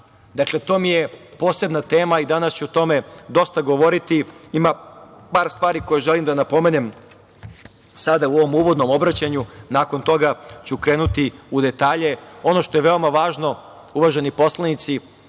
zdravstvo. To je posebna tema i danas ću o tome dosta govoriti. Ima par stvari koje želim da napomenem sada u ovom uvodnom obraćanju, a nakon toga ću krenuti u detalje. Ono što je veoma važno, uvaženi poslanici,